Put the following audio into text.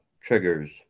triggers